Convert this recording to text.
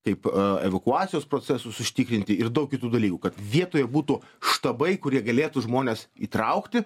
kaip a evakuacijos procesus užtikrinti ir daug kitų dalykų kad vietoje būtų štabai kurie galėtų žmones įtraukti